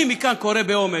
אני מכאן קורא באומץ.